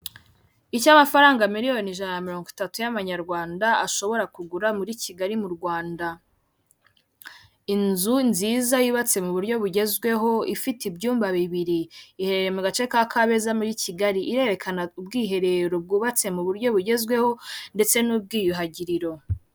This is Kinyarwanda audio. Icyo amafaranga miliyoni jana na mirongo itatu y'amanyarwanda ashobora kugura muri kigali, mu inzu nziza yubatse mu buryo bugezweho, ifite ibyumba bibiri iherereye mu gace ka Kabeza, muri Kigali irerekana ubwiherero bwubatse mu buryo bugezweho, ndetse n'ubwiyuhagiriro.